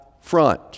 front